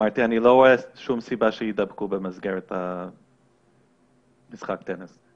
אמרתי שאני לא רואה שום סיבה שיידבקו במסגרת משחק טניס.